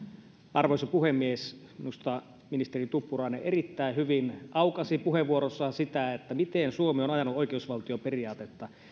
arvoisa puhemies minusta ministeri tuppurainen erittäin hyvin aukaisi puheenvuorossaan sitä miten suomi on ajanut oikeusvaltioperiaatetta